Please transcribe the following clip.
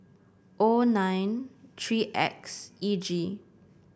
O nine three X E G